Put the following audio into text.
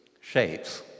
shapes